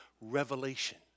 revelation